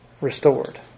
restored